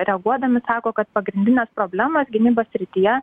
reaguodami sako kad pagrindinės problemos gynybos srityje